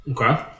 Okay